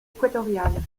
équatoriale